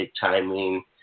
timing